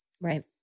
Right